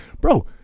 bro